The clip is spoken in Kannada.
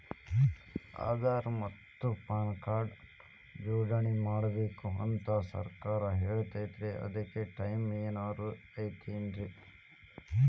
ಆಧಾರ ಮತ್ತ ಪಾನ್ ಕಾರ್ಡ್ ನ ಜೋಡಣೆ ಮಾಡ್ಬೇಕು ಅಂತಾ ಸರ್ಕಾರ ಹೇಳೈತ್ರಿ ಅದ್ಕ ಟೈಮ್ ಏನಾರ ಐತೇನ್ರೇ?